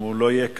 ואם לא יהיה כאן,